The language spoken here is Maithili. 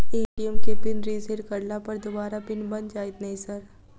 ए.टी.एम केँ पिन रिसेट करला पर दोबारा पिन बन जाइत नै सर?